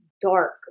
dark